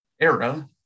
era